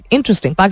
Interesting